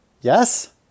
Yes